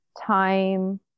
time